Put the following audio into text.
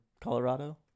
Colorado